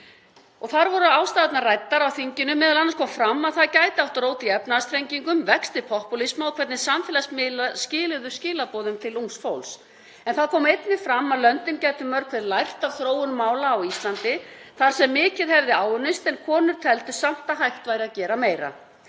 voru ræddar á þinginu, m.a. kom fram að þetta gæti átt rót í efnahagsþrengingum, vexti popúlisma og hvernig samfélagsmiðlar skiluðu skilaboðum til ungs fólks. En það kom einnig fram að löndin gætu mörg hver lært af þróun mála á Íslandi þar sem mikið hefði áunnist en konur teldu samt að hægt væri að gera meira.